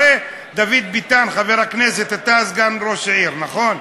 הרי דוד ביטן, חבר הכנסת, אתה סגן ראש העיר, נכון?